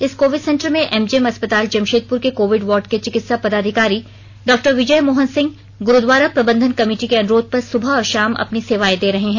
इस covid centre में MGM अस्पताल जमशेदपुर के कोविड वॉर्ड के चिकित्सा पदाधिकारी डॉ विजय मोहन सिंह गुरुद्वारा प्रबंधन कमेटी के अनुरोध पर सुबह और शाम अपनी सेवाएं दे रहे हैं